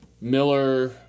Miller